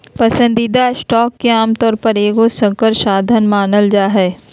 पसंदीदा स्टॉक के आमतौर पर एगो संकर साधन मानल जा हइ